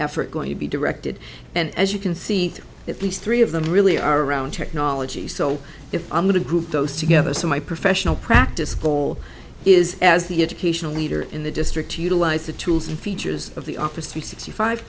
effort going to be directed and as you can see at least three of them really are around technology so if i'm going to group those together so my professional practice goal is as the educational leader in the district to utilize the tools and features of the office three sixty five